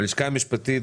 הלשכה המשפטית